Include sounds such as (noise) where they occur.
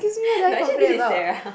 (laughs) no actually this is Sarah